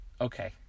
okay